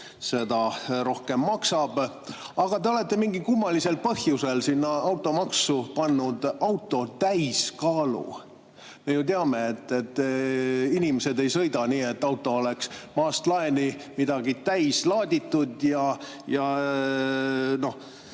seda rohkem maksab. Te olete mingil kummalisel põhjusel pannud sinna automaksu auto täiskaalu. Me ju teame, et inimesed ei sõida nii, et auto oleks maast laeni midagi täis laaditud,